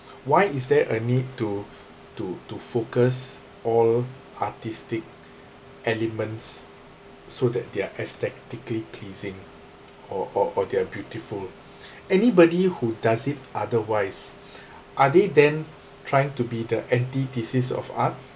why is there a need to to to focus all artistic elements so that they're aesthetically pleasing or or or they're beautiful anybody who does it otherwise are they then trying to be the antithesis of art